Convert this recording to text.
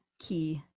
key